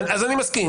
אז אני מסכים.